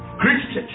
christians